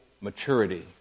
maturity